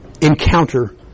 encounter